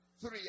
three